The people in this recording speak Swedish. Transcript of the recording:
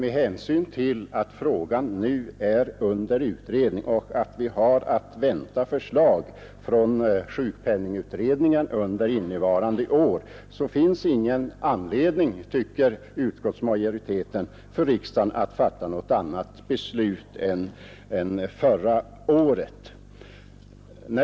Med hänsyn till att frågan nu är under utredning och att vi har att vänta förslag från sjukpenningutredningen under innevarande år finns det ingen anledning, tycker utskottsmajoriteten, för riksdagen att fatta något annat beslut i år än förra året.